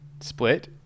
Split